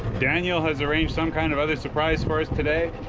daniel has arranged some kind of other surprise for us today